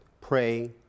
pray